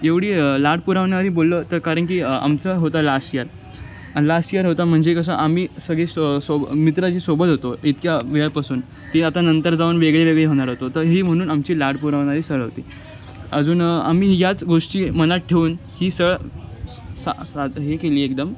एवढी लाड पुरवणारी बोललो तर कारण की आमचं होतं लास्ट इयर आणि लास्ट इयर होता म्हणजे कसं आम्ही सगळी स सोबत मित्र जे सोबत होतो इतक्या वेळापासून ती आता नंतर जाऊन वेगळेवेगळे होणार होतो तर ही म्हणून आमची लाड पुरवणारी सहल होती अजून आम्ही याच गोष्टी मनात ठेवून ही सहल सा सा हे केली एकदम